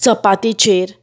चपातेचेर